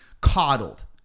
coddled